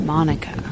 Monica